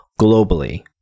globally